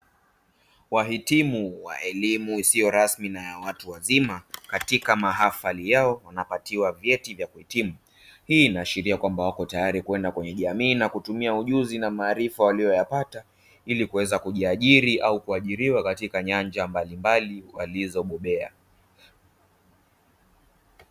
Wahitimu wa elimu isiyo rasmi na ya watu wazima katika mahafali yao wanapatiwa vyeti vya kuhitimu, hii inaashiria kwamba wako tayari kwenda kwenye jamii na kutumia ujuzi na maarifa waliyoyapata ili kuweza kujiajiri au kuajiriwa katila nyanja mbalimbali walizobobea.